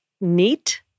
neat